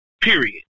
period